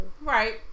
Right